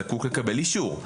זקוק לקבל אישור.